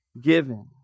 given